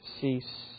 cease